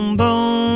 boom